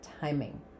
timing